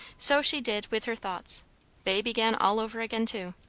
so she did with her thoughts they began all over again too.